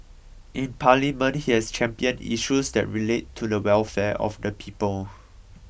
in Parliament he has championed issues that relate to the welfare of the people